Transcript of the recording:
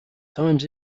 times